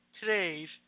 today's